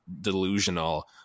delusional